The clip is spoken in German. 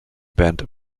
band